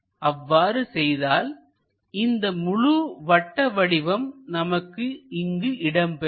அவ்வாறு செய்தால் இந்த முழு வட்ட வடிவம் நமக்கு இங்கு இடம்பெறும்